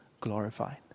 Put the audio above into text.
glorified